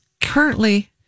currently